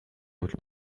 явдал